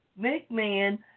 McMahon